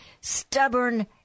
stubborn